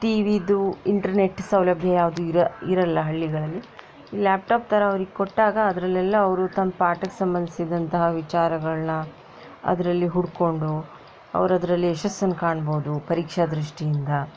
tea ವಿದು internet ಸೌಲಭ್ಯ ಯಾವುದೂ ಇರ ಇರಲ್ಲ ಹಳ್ಳಿಗಳಲ್ಲಿ ಲ್ಯಾಪ್ಟಾಪ್ ಥರ ಅವರಿಗೆ ಕೊಟ್ಟಾಗ ಅದರಲ್ಲೆಲ್ಲ ಅವರು ತಮ್ಮ ಪಾಠಕ್ಕೆ ಸಂಬಂಧಿಸಿದಂತಹ ವಿಚಾರಗಳನ್ನ ಅದರಲ್ಲಿ ಹುಡ್ಕೊಂಡು ಅವರು ಅದರಲ್ಲಿ ಯಶಸ್ಸನ್ನು ಕಾಣಬಹುದು ಪರೀಕ್ಷಾ ದೃಷ್ಟಿಯಿಂದ